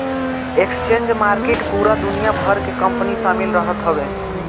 exchange market पूरा दुनिया भर के कंपनी शामिल रहत हवे